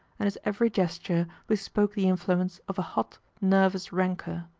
and his every gesture bespoke the influence of a hot, nervous rancour.